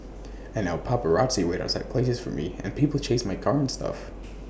and now paparazzi wait outside places for me and people chase my car and stuff